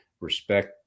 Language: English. respect